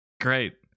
Great